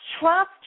trust